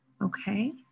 okay